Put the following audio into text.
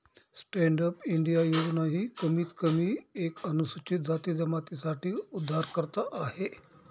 stand up India योजना ही कमीत कमी एक अनुसूचित जाती जमाती साठी उधारकर्ता आहे